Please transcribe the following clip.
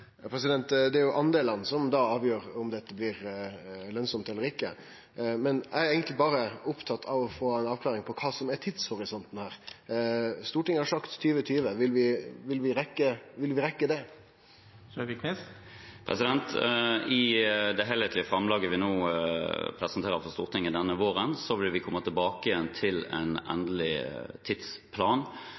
Det er delane som avgjer om dette blir lønsamt eller ikkje. Men eg er eigentleg berre opptatt av å få ei avklaring på kva som er tidshorisonten her. Stortinget har sagt 2020. Vil vi rekke det? I det helhetlige framlegget vi presenterer for Stortinget denne våren, vil vi komme tilbake igjen til en endelig tidsplan.